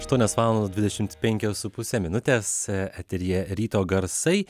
aštuonios valandos dvidešimt penkios su puse minutės eteryje ryto garsai